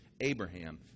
Abraham